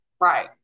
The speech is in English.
Right